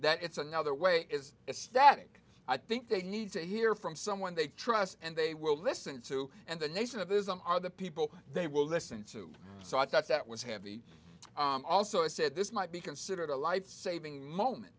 that it's another way is a static i think they need to hear from someone they trust and they will listen to and the nation of islam are the people they will listen to so i thought that was heavy also i said this might be considered a life saving moment